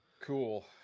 Cool